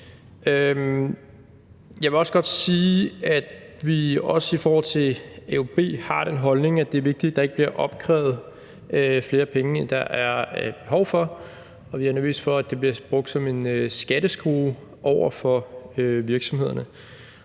Jeg vil også godt sige, at vi også i forhold til AUB har den holdning, at det er vigtigt, at der ikke bliver opkrævet flere penge, end der er behov for. Vi er nervøse for, at det bliver brugt som en skatteskrue over for virksomhederne.